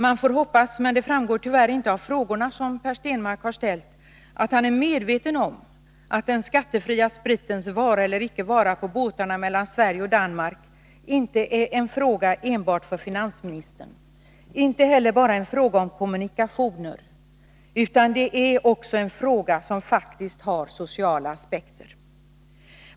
Man får hoppas — men det framgår tyvärr inte av de frågor som Per Stenmarck har ställt — att han är medveten om att den skattefria spritens vara eller icke vara på båtarna mellan Sverige och Danmark inte är en fråga enbart för finansministern och inte heller bara en fråga om kommunikationer. Det är en fråga som faktiskt också har sociala aspekter.